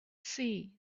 see